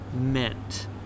meant